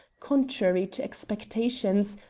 contrary to expectations,